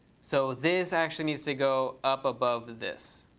so this actually needs to go up above this.